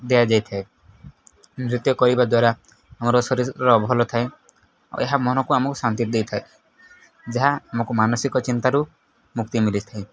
ଦିଆଯାଇଥାଏ ନୃତ୍ୟ କରିବା ଦ୍ୱାରା ଆମର ଶରୀରର ଭଲ ଥାଏ ଆଉ ଏହା ମନକୁ ଆମକୁ ଶାନ୍ତି ଦେଇଥାଏ ଯାହା ଆମକୁ ମାନସିକ ଚିନ୍ତାରୁ ମୁକ୍ତି ମିିଲିଥାଏ